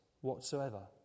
whatsoever